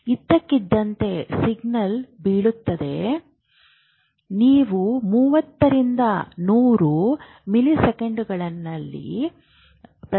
ಇದ್ದಕ್ಕಿದ್ದಂತೆ ಸೀಲಿಂಗ್ ಬೀಳುತ್ತದೆ ಅಥವಾ ಫ್ಯಾನ್ ಬೀಳುತ್ತದೆ ನೀವು 30 ರಿಂದ 100 ಮಿಲಿಸೆಕೆಂಡುಗಳಲ್ಲಿ ಪ್ರತಿಕ್ರಿಯಿಸುತ್ತೀರಿ